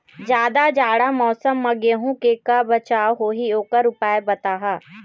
जादा जाड़ा मौसम म गेहूं के का बचाव होही ओकर उपाय बताहा?